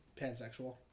pansexual